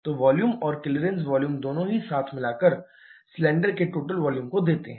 तो वॉल्यूम और clearance volume दोनों ही साथ मिलकर सिलेंडर के टोटल वॉल्यूम को देते हैं